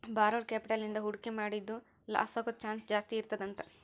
borrowed capital ಇಂದಾ ಹೂಡ್ಕಿ ಮಾಡಿದ್ದು ಲಾಸಾಗೊದ್ ಚಾನ್ಸ್ ಜಾಸ್ತೇಇರ್ತದಂತ